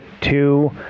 two